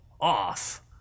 off